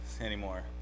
anymore